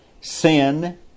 sin